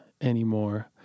anymore